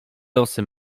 losy